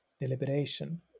deliberation